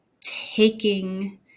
taking